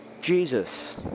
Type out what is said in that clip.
Jesus